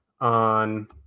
on